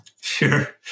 sure